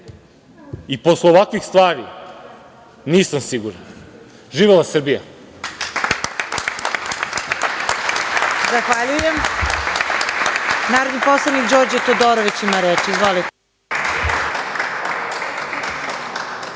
i posle ovakvih stvari nisam siguran. Živela Srbija.